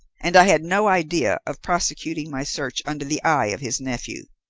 and i had no idea of prosecuting my search under the eye of his nephew.